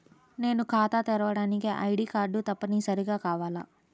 నేను ఖాతా తెరవడానికి ఐ.డీ కార్డు తప్పనిసారిగా కావాలా?